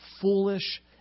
Foolish